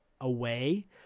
away